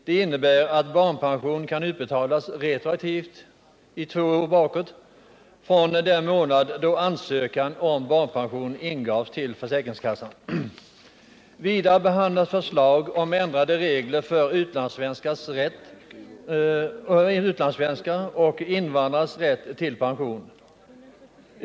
Det innebär att barnpension kan utbetalas retroaktivt för två år bakåt i tiden från den månad då ansökan om barnpension ingavs till försäkringskassan. Vidare behandlas förslag om ändrade regler för utlandssvenskars och invandrares rätt till pension.